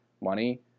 money